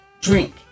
drink